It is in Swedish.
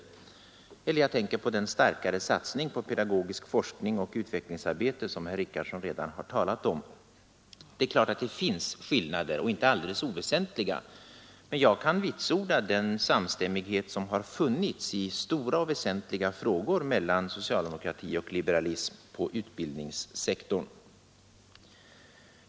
Jag tänker vidare på den starkare satsning på pedagogiskt forskningsoch utvecklingsarbete som herr Richardson redan talat om. Det är klart att det finns skillnader och inte alldeles oväsentliga sådana, men jag kan vitsorda den samstämmighet i stora och väsentliga frågor som har funnits mellan socialdemokrati och liberalism inom utbildningssektorn.